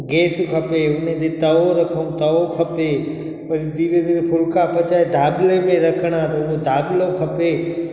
gas खपे उन ते तओ रखूं तओ खपे पोइ धीरे धीरे फुल्का पचाए दाॿले में रखणा त हूअ दाॿलो खपे